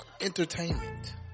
entertainment